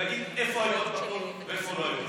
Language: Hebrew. ולהגיד איפה היו הפרות ואיפה לא היו הפרות.